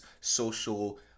social